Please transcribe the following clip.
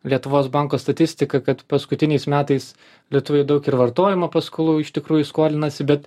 lietuvos banko statistiką kad paskutiniais metais lietuvoje daug ir vartojimo paskolų iš tikrųjų skolinasi bet